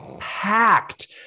packed